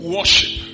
Worship